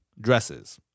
dresses